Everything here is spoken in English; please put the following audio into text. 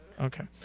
Okay